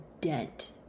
dent